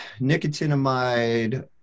nicotinamide